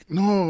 no